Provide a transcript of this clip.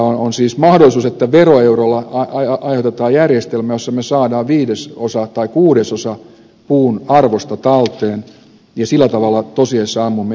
on siis mahdollisuus että veroeuroilla aiheutetaan järjestelmä jossa me saamme viidesosan tai kuudesosan puun arvosta talteen ja sillä tavalla tosiasiassa ammumme itseämme jalkaan